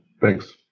Thanks